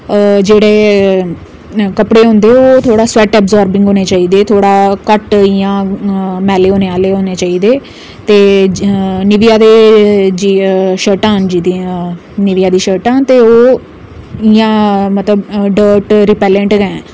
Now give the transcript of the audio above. जेह्ड़े कपड़े होंदे ओह् थोह्ड़ा स्बैट्ट अबजार्बिंग होने चाहिदे थोह्ड़ा घट्ट इ'यां मैले होने आह्ले होने चाहिदे ते निव्या दियां शर्टां न जेह्डियां निव्या दियां शर्टां इ'यां मतलब डर्ट रिपैलटैंट गै ऐ